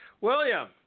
William